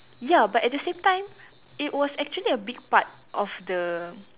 ya but at the same time it was actually a big part of the